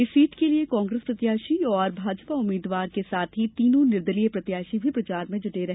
इस सीट के लिये कांग्रेस प्रत्याशी और भाजपा उम्मीदवार के साथ ही तीनों निर्दलीय प्रत्याशी भी प्रचार में जुटे रहे